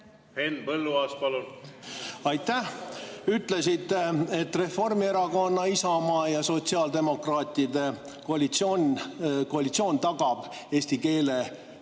Henn Põlluaas, palun! Aitäh! Ütlesite, et Reformierakonna, Isamaa ja sotsiaaldemokraatide koalitsioon tagab eesti keele,